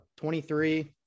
23